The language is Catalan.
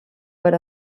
per